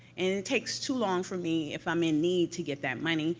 and it takes too long for me, if i'm in need, to get that money,